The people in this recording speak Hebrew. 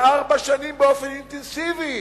וארבע שנים באופן אינטנסיבי,